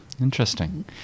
Interesting